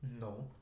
No